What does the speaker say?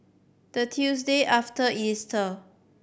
the Tuesday after Easter